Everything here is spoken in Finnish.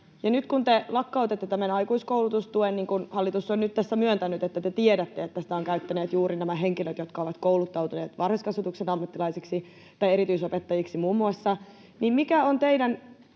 nyt kun te lakkautatte tämän aikuiskoulutustuen, niin kun hallitus on nyt tässä myöntänyt, että te tiedätte, että sitä ovat käyttäneet juuri nämä henkilöt, jotka ovat kouluttautuneet muun muassa varhaiskasvatuksen ammattilaisiksi tai erityisopettajiksi, niin mikä on teidän